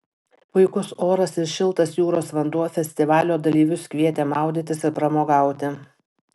puikus oras ir šiltas jūros vanduo festivalio dalyvius kvietė maudytis ir pramogauti